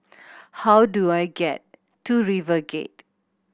how do I get to RiverGate